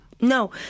No